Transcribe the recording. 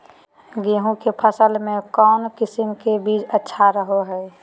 गेहूँ के फसल में कौन किसम के बीज अच्छा रहो हय?